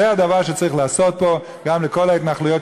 זה הדבר שצריך לעשות פה גם לכל ההתנחלויות